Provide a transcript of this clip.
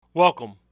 Welcome